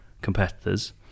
competitors